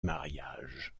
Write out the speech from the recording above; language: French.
mariage